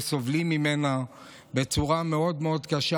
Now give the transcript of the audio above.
שסובלים ממנה בצורה מאוד מאוד קשה,